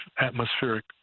atmospheric